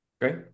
Great